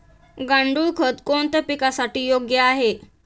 गांडूळ खत कोणत्या पिकासाठी योग्य आहे?